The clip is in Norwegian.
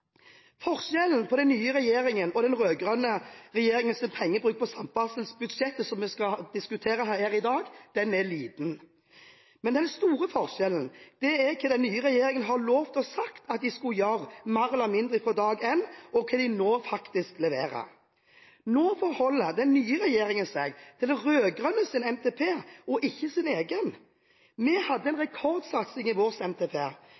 Forskjellen på den nye regjeringens og den rød-grønne regjeringens pengebruk på samferdselsbudsjettet, som vi skal diskutere her i dag, er liten. Men den store forskjellen er hva den nye regjeringen har lovt og sagt at den skulle gjøre mer eller mindre fra dag én, og hva den nå faktisk leverer. Nå forholder den nye regjeringen seg til de rød-grønnes NTP og ikke til sin egen. Vi hadde en rekordsatsing i vår NTP.